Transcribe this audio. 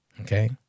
okay